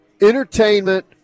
entertainment